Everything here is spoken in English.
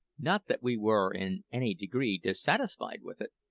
not that we were in any degree dissatisfied with it.